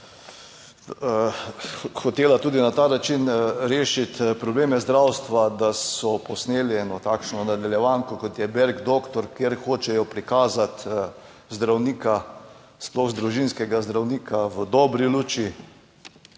hotela tudi na ta način rešiti probleme zdravstva, da so posneli eno takšno nadaljevanko, kot je berg doktor, kjer hočejo prikazati zdravnika, sploh družinskega zdravnika v dobri luči,